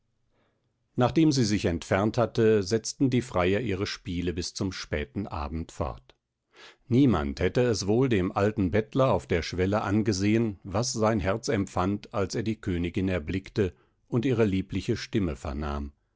nachdem sie sich entfernt hatte setzten die freier ihre spiele bis zum späten abend fort niemand hätte es wohl dem alten bettler auf der schwelle angesehen was sein herz empfand als er die königin erblickte und ihre liebliche stimme vernahm